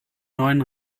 neuen